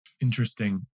Interesting